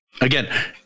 Again